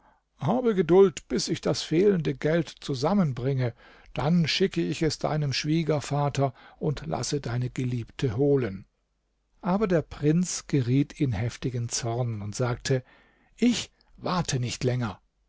habe geduld bis ich das fehlende geld zusammenbringe dann schicke ich es deinem schwiegervater und lasse deine geliebte holen aber der prinz geriet in heftigen zorn und sagte ich warte nicht länger